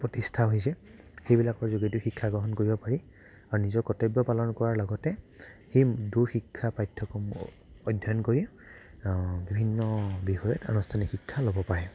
প্ৰতিষ্ঠা হৈছে সেইবিলাকৰ যোগেদিও শিক্ষা গ্ৰহণ কৰিব পাৰি আৰু নিজৰ কৰ্তব্য পালন কৰাৰ লগতে সেই দূৰ শিক্ষা পাঠ্যক্ৰম অধ্যয়ন কৰি বিভিন্ন বিষয়ত আনুষ্ঠানিক শিক্ষা ল'ব পাৰে